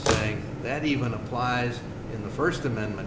think that even applies in the first amendment